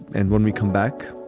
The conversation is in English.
and when we come back,